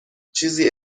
چیزی